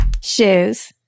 Shoes